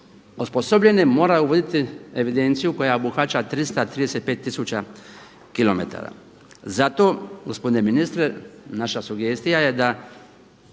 osposobljene moraju voditi evidenciju koja obuhvaća 335 tisuća kilometara. Zato gospodine ministre naša sugestija je da